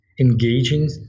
engaging